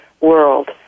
world